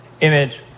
image